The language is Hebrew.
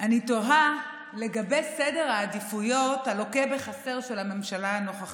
אני תוהה לגבי סדר העדיפויות הלוקה בחסר של הממשלה הנוכחית.